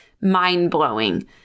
Mind-blowing